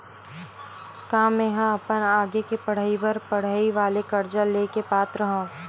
का मेंहा अपन आगे के पढई बर पढई वाले कर्जा ले के पात्र हव?